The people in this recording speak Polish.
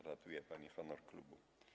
Ratuje pani honor klubu.